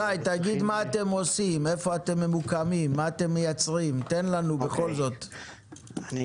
מי שמכיר תחילתה של מארוול הייתה באזור 2001, שהיא